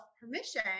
permission